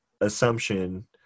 assumption